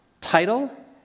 title